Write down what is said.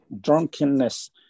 drunkenness